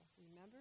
Remember